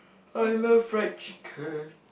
I love fried chicken